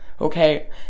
okay